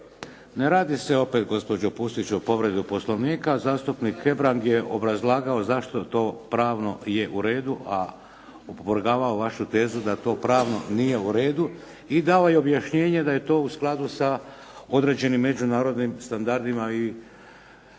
Ne radi se opet gospođo Pusić o povredi Poslovnika. Zastupnik Hebrang je obrazlagao zašto to pravno je u redu a opovrgavao vašu tezu da to pravno nije u redu. I dao je objašnjenje da je to u skladu sa određenim međunarodnim standardima.